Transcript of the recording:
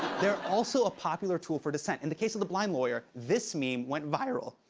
they're also a popular tool for dissent. in the case of the blind lawyer, this meme went viral.